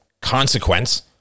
consequence